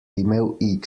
imel